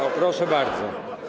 O, proszę bardzo.